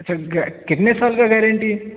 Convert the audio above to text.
اچھا کتنے سال کا گارنٹی ہے